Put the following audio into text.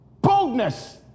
boldness